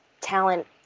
talent